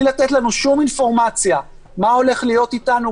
לתת לנו שום אינפורמציה מה הולך להיות איתנו,